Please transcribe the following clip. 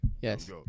yes